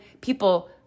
people